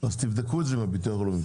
נראה.